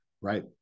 Right